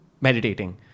meditating